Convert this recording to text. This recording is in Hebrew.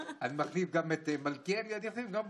כי אין להם מקום